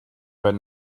but